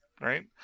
right